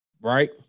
Right